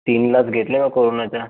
तीन लस घेतल्या बुवा कोरोनाच्या